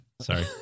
sorry